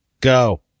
go